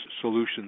solutions